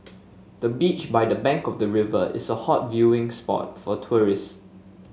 the beach by the bank of the river is a hot viewing spot for tourists